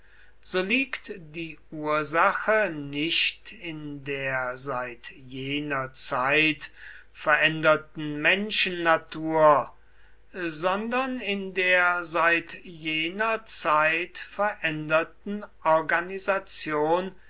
so liegt die ursache nicht in der seit jener zeit veränderten menschennatur sondern in der seit jener zeit veränderten organisation